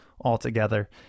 altogether